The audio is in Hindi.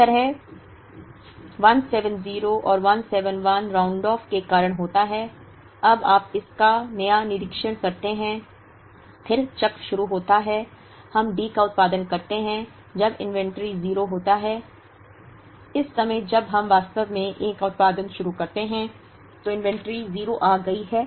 इसी तरह 170 और 171 राउंड ऑफ के कारण होता है अब आप इसका क्या निरीक्षण करते हैं स्थिर चक्र शुरू होता है हम D का उत्पादन करते हैं जब इन्वेंट्री 0 होता है इस समय जब हम वास्तव में A का उत्पादन शुरू करते हैं तो इन्वेंट्री 0 आ गई है